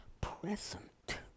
present